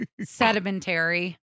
sedimentary